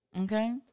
Okay